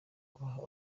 guha